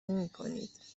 میکنید